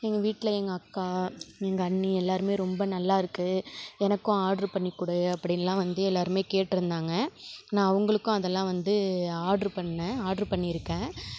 எங்கள் வீட்டில் எங்கள் அக்கா எங்கள் அண்ணி எல்லாருமே ரொம்ப நல்லாயிருக்கு எனக்கும் ஆர்டர் பண்ணி கொடு அப்படினுலாம் வந்து எல்லாருமே கேட்டுருந்தாங்க நான் அவங்களுக்கும் அதெல்லாம் வந்து ஆர்டர் பண்ணேன் ஆர்டர் பண்ணி இருக்கேன்